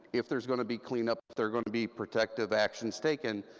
if there's going to be cleanup, if there are going to be protective actions taken,